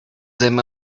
them